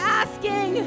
asking